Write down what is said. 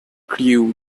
crewe